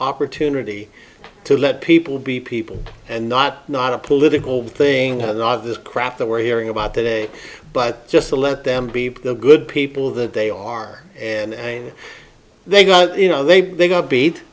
opportunity to let people be people and not not a political thing and not this crap that we're hearing about today but just to let them be the good people that they are and they got you know they got beat